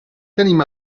tenim